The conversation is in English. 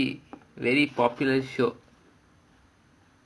very very popular show